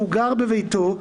כשהוא גר בביתו,